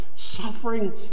Suffering